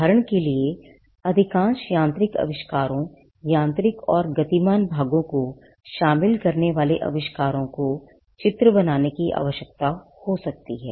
उदाहरण के लिए अधिकांश यांत्रिक आविष्कारों यांत्रिक और गतिमान भागों को शामिल करने वाले आविष्कारों को चित्र बनाने की आवश्यकता हो सकती है